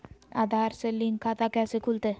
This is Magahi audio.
आधार से लिंक खाता कैसे खुलते?